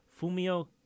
Fumio